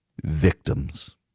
Victims